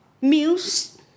Muse